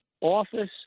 Office